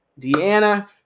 Deanna